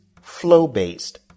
Flow-based